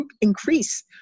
increase